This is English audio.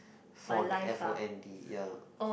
fond f_o_n_d ya